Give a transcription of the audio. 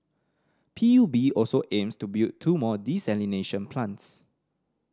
P U B also aims to build two more desalination plants